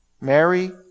mary